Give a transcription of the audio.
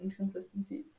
inconsistencies